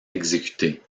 exécutés